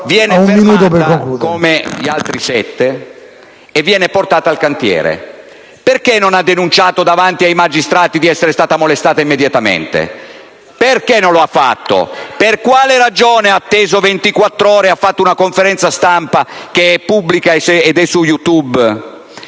Viene fermata come gli altri sette e viene portata al cantiere. Perché non ha immediatamente denunciato davanti ai magistrati di essere stata molestata? Perché non lo ha fatto? Per quale ragione ha atteso ventiquattrore e ha tenuto una conferenza stampa che è pubblica ed è su «Youtube»,